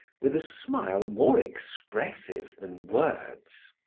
with a smile more expressive than words.